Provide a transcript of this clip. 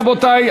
רבותי,